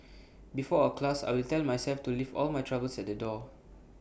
before A class I will tell myself to leave all my troubles at the door